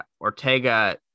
Ortega